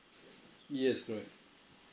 yes correct